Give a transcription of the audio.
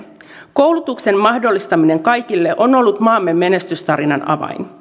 koulutuksen mahdollistaminen kaikille on ollut maamme menestystarinan avain